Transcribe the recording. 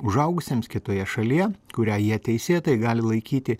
užaugusiems kitoje šalyje kurią jie teisėtai gali laikyti